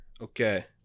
Okay